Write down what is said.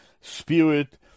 Spirit